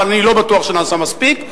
ואני לא בטוח שנעשה מספיק.